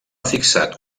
fixat